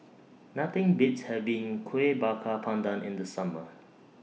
Nothing Beats having Kuih Bakar Pandan in The Summer